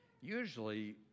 Usually